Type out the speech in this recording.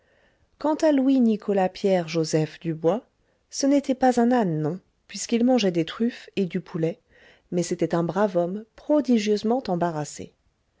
quant à louis nicolas pierre joseph dubois ce n'était pas un âne non puisqu'il mangeait des truffes et du poulet mais c'était un brave homme prodigieusement embarrassé